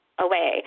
away